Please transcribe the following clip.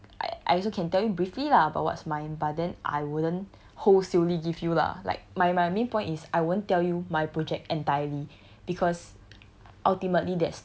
but then like I I also can tell you briefly lah about what's mine but then I wouldn't whole give you lah like my my main point is I won't tell you my project entirely because